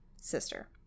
sister